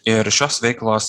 ir šios veiklos